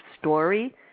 story